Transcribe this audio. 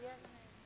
Yes